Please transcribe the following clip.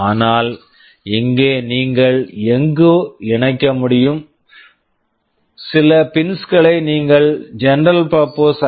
ஆனால் இங்கே நீங்கள் எங்கும் இணைக்க முடியும் சில பின்ஸ் pins களை நீங்கள் ஜெனரல் பர்ப்போஸ் general purpose ஐ